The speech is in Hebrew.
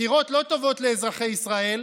בחירות לא טובות לאזרחי ישראל,